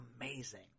amazing